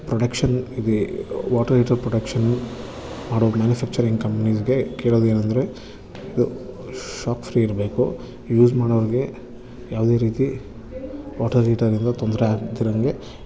production ಇದು water heater production ಮಾಡೋ manufacturing ಕಂಪ್ನಿಸ್ಗೆ ಕೇಳೋದೇನಂದರೆ ಇದು ಶಾಕ್ ಫ್ರೀ ಇರಬೇಕು ಯೂಸ್ ಮಾಡೋವಾಗ ಯಾವುದೇ ರೀತಿ ವಾಟರ್ ಹೀಟರಿಂದ ತೊಂದರೆ ಆಗ್ದಿರಂಗೆ